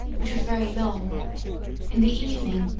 which was very long in the evening,